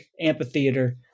amphitheater